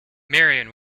marion